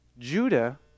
Judah